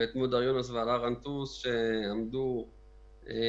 ואת מודר יונס ועלאא גנטוס שעמדו וסייעו